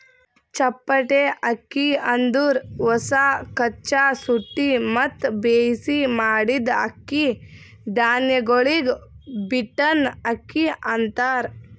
ಚಪ್ಪಟೆ ಅಕ್ಕಿ ಅಂದುರ್ ಹೊಸ, ಕಚ್ಚಾ, ಸುಟ್ಟಿ ಮತ್ತ ಬೇಯಿಸಿ ಮಾಡಿದ್ದ ಅಕ್ಕಿ ಧಾನ್ಯಗೊಳಿಗ್ ಬೀಟನ್ ಅಕ್ಕಿ ಅಂತಾರ್